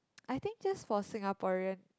I think just for Singaporean